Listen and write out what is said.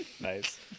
Nice